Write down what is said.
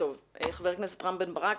חבר הכנסת רם בן ברק,